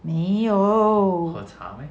没有